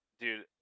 dude